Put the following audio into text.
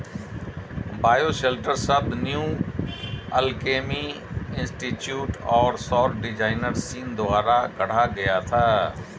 bioshelter शब्द new alchemy institute और सौर डिजाइनर सीन द्वारा गढ़ा गया था